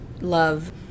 love